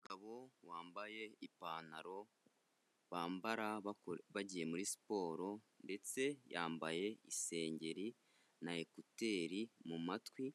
Umugabo wambaye ipantaro bambara bagiye muri siporo ndetse yambaye isengeri na ekuteri mu mumatwi